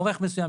אורך מסוים,